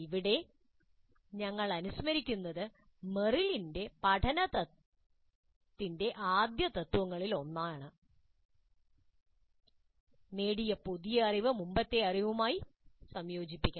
ഇവിടെ ഞങ്ങൾ അനുസ്മരിക്കുന്നു മെറിലിന്റെ പഠനത്തിന്റെ ആദ്യ തത്ത്വങ്ങളിൽ ഒന്നാണിത് നേടിയ പുതിയ അറിവ് മുമ്പത്തെ അറിവുമായി സംയോജിപ്പിക്കണം